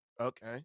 Okay